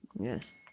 Yes